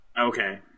Okay